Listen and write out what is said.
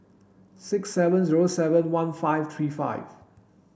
six seven zero seven one five three five